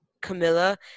camilla